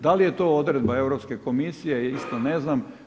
Da li je to odredba Europske komisije isto ne znam.